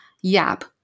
Yap